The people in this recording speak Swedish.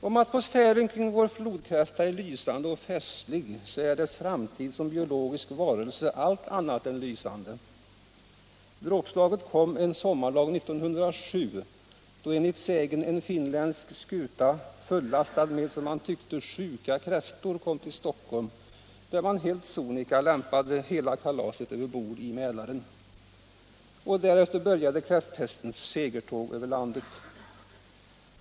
Om atmosfären kring vår flodkräfta är lysande och festlig är dess framtid som biologisk varelse allt annat än lysande. Dråpslaget kom en sommardag 1907, då enligt sägnen en finländsk skuta fullastad med, som man tyckte, ”sjuka kräftor” kom till Stockholm, där man helt sonika lämpade allt över bord i Mälaren. Därefter började kräftpestens ”segertåg” över landet.